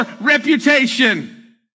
reputation